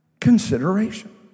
consideration